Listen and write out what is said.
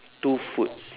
two foods